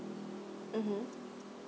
mm